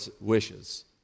wishes